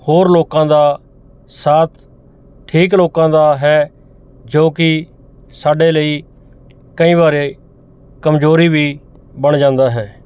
ਹੋਰ ਲੋਕਾਂ ਦਾ ਸਾਥ ਠੀਕ ਲੋਕਾਂ ਦਾ ਹੈ ਜੋ ਕਿ ਸਾਡੇ ਲਈ ਕਈ ਵਾਰੇ ਕਮਜ਼ੋਰੀ ਵੀ ਬਣ ਜਾਂਦਾ ਹੈ